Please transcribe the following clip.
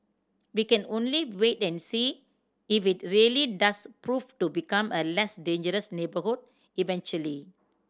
we can only wait and see if it really does prove to become a less dangerous neighbourhood eventually